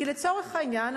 כי לצורך העניין,